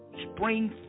spring